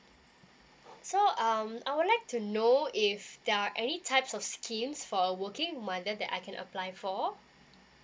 so um I would like to know if there are any types of schemes for a working mother that I can apply for